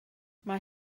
mae